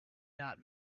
not